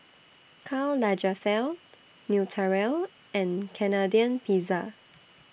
Karl Lagerfeld Naturel and Canadian Pizza